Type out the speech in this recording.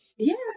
Yes